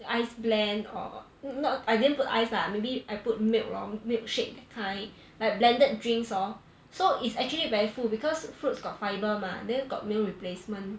ice blend or not I didn't put ice lah maybe I put milk lor milkshake that kind like blended drinks hor so it's actually very full because fruits got fiber mah then got meal replacement